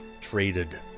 traded